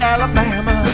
Alabama